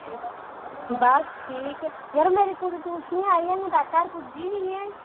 बस ठीक यरा मेरी कुड़ी ट्यूशन आई ते अजें तगर घर पुज्जी नेईं ऐ